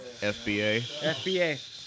fba